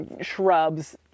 shrubs